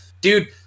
dude